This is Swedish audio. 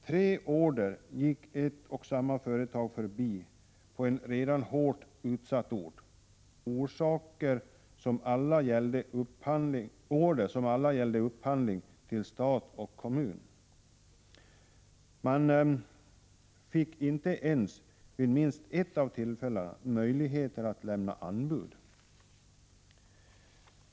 Tre order gick ett och samma företag förbi på en redan hårt utsatt ort — order som alla gällde upphandling till stat och kommun. Vid minst ett av tillfällena fick man inte ens möjlighet att lämna anbud.